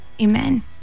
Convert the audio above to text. amen